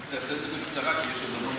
זה בקצרה, כי יש עוד המון